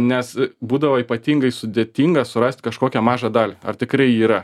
nes būdavo ypatingai sudėtinga surast kažkokią mažą dalį ar tikrai ji yra